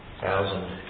thousand